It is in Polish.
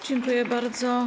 Dziękuję bardzo.